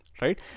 right